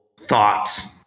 thoughts